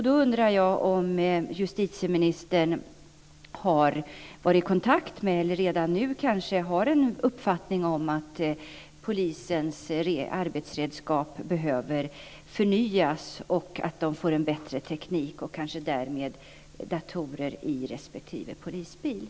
Då undrar jag om justitieministern har varit i kontakt med det här eller redan nu kanske har en uppfattning om att polisens arbetsredskap behöver förnyas, att de bör få bättre teknik och kanske datorer i sina respektive polisbilar.